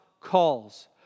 calls